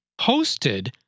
hosted